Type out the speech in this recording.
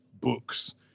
books